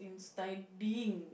in studying